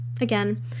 again